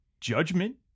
judgment